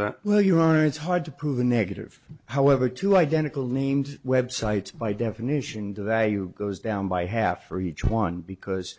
are it's hard to prove a negative however two identical named websites by definition the value goes down by half for each one because